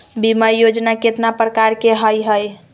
बीमा योजना केतना प्रकार के हई हई?